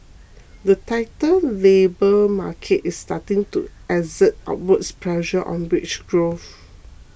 the tighter labour market is starting to exert upward pressure on wage growth